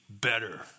better